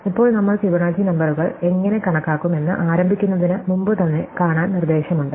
ഇപ്പോൾ നമ്മൾ ഫിബൊനാച്ചി നമ്പറുകൾ എങ്ങനെ കണക്കാക്കും എന്ന് ആരംഭിക്കുന്നതിന് മുമ്പുതന്നെ കാണാൻ നിർദ്ദേശമുണ്ട്